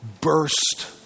burst